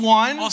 one